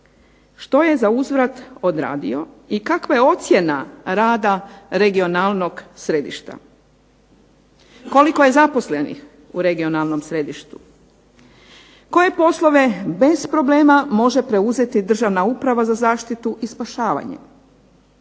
Što je za uzvrat odradio i kakva je ocjena rada regionalnog središta? Koliko je zaposlenih u regionalnom središtu? Koje poslove bez problema može preuzeti državna uprava za zaštitu i spašavanje?